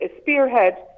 spearhead